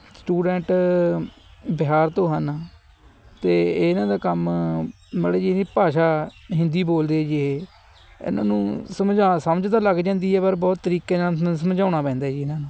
student Bihar ਤੋਂ ਹਨ ਅਤੇ ਇਹਨਾਂ ਦਾ ਕੰਮ ਮਾੜੀ ਜੀ ਭਾਸ਼ਾ ਹਿੰਦੀ ਬੋਲਦੇ ਜੀ ਇਹ ਇਹਨਾਂ ਨੂੰ ਸਮਝਾ ਸਮਝ ਤਾਂ ਲੱਗ ਜਾਂਦੀ ਹੈ ਪਰ ਬਹੁਤ ਤਰੀਕੇ ਨਾਲ ਮ ਸਮਝਾਉਣਾ ਪੈਂਦਾ ਜੀ ਇਹਨਾਂ ਨੂੰ